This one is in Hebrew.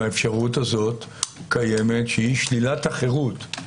האפשרות הזו קיימת שהיא שלילת החירות,